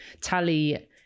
tally